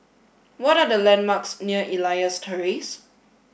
what are the landmarks near Elias Terrace